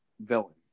villain